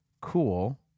cool